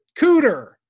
Cooter